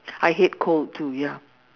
I hate cold too ya